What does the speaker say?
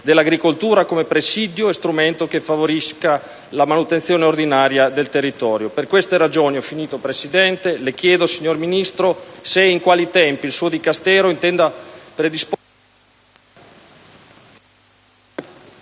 dell'agricoltura come presidio e strumento che favorisce la manutenzione ordinaria del territorio. Per queste ragioni le chiedo, signor Ministro, se e in quali tempi il suo Dicastero intenda predisporre